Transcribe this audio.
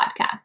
podcast